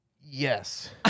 yes